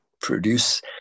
produce